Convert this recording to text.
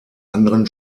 anderen